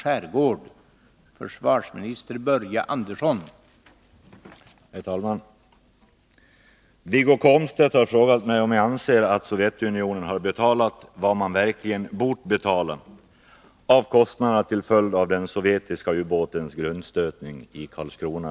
Anser statsrådet att Sovjet har betalat vad man verkligen borde betala?